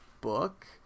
book